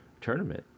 tournament